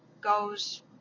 goes